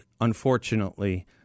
unfortunately